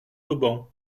auban